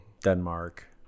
Denmark